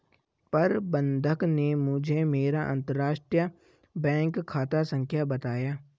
प्रबन्धक ने मुझें मेरा अंतरराष्ट्रीय बैंक खाता संख्या बताया